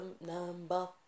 number